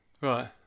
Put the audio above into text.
Right